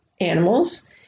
animals